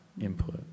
input